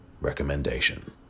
recommendation